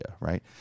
right